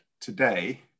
today